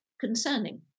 concerning